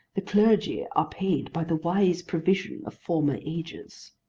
the clergy are paid by the wise provision of former ages.